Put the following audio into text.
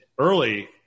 early